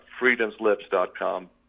freedomslips.com